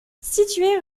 situés